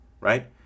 right